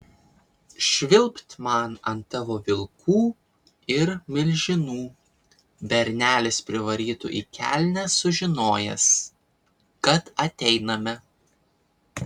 švilpt man ant tavo vilkų ir milžinų bernelis privarytų į kelnes sužinojęs kad ateiname